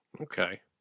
Okay